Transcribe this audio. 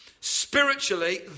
Spiritually